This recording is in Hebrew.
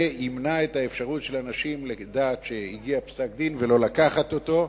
זה ימנע את האפשרות של אנשים לדעת שהגיע פסק-דין ולא לקחת אותו.